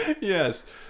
Yes